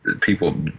people